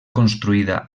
construïda